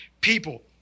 people